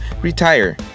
retire